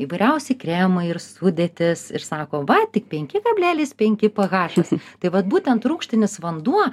įvairiausi kremai ir sudėtys ir sako va tik penki kablelis penki pėhašas tai vat būtent rūgštinis vanduo